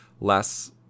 less